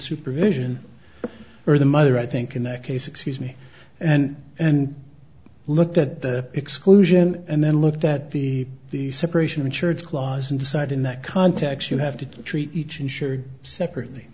supervision or the mother i think in that case excuse me and and looked at the exclusion and then looked at the the separation of church clause and decided in that context you have to treat each insured separately